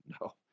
No